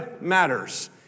matters